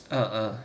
uh uh